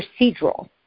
procedural